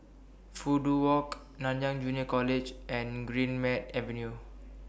Fudu Walk Nanyang Junior College and Greenmead Avenue